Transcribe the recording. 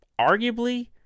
arguably